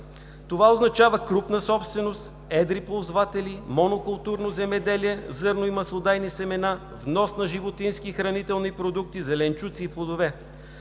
Това означава крупна собственост, едри ползватели, монокултурно земеделие – зърно и маслодайни семена, внос на животински хранителни продукти, зеленчуци и плодове.